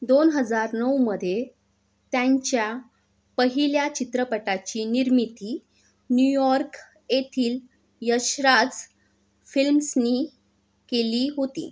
दोन हजार नऊमध्ये त्यांच्या पहिल्या चित्रपटाची निर्मिती न्यूयॉर्ख येथील यशराज फिल्म्सने केली होती